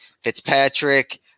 Fitzpatrick –